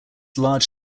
large